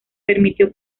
permitió